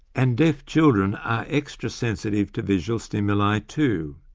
and deaf children are extra sensitive to visual stimuli, too.